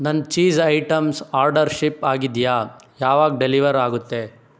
ನನ್ನ cheese items order ship ಆಗಿದೆಯಾ ಯಾವಾಗ ಡೆಲಿವರ್ ಆಗುತ್ತೆ